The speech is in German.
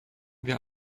wir